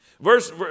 Verse